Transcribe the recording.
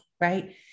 right